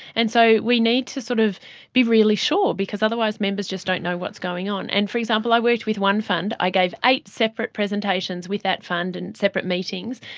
and so we need to sort of be really sure because otherwise members just don't know what's going on. and for example, i worked with one fund, i gave eight separate presentations with that fund in separate meetings,